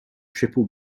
triple